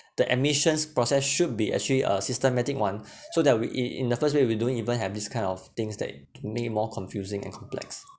the admissions process should be actually a systematic one so that we it in the first place we don't even have this kind of things that k~ make it more confusing and complex